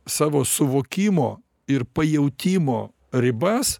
savo suvokimo ir pajautimo ribas